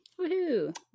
Woohoo